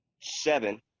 seven